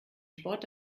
sport